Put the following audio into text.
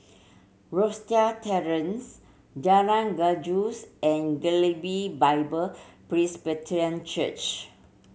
Rosyth Terrace Jalan Gajus and Galilee Bible Presbyterian Church